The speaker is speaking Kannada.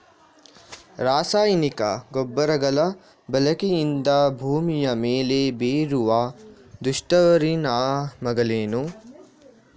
ರಾಸಾಯನಿಕ ಗೊಬ್ಬರಗಳ ಬಳಕೆಯಿಂದಾಗಿ ಭೂಮಿಯ ಮೇಲೆ ಬೀರುವ ದುಷ್ಪರಿಣಾಮಗಳೇನು?